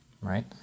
right